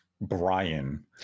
brian